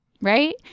Right